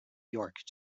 york